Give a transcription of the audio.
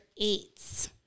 eights